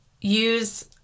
use